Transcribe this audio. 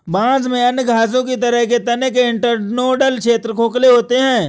बांस में अन्य घासों की तरह के तने के इंटरनोडल क्षेत्र खोखले होते हैं